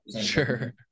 sure